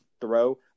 throw